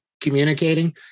communicating